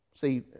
See